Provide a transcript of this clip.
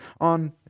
on